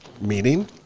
meeting